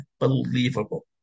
Unbelievable